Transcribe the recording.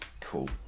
cool